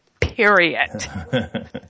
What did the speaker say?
Period